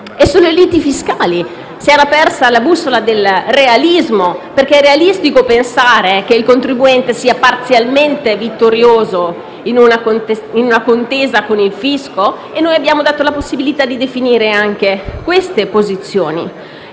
Sulle liti fiscali si era persa la bussola del realismo, perché è realistico pensare che il contribuente sia parzialmente vittorioso in una contesa con il fisco? Noi abbiamo dato la possibilità di definire anche queste posizioni.